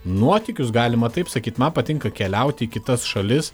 nuotykius galima taip sakyt man patinka keliaut į kitas šalis